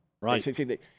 Right